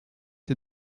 ces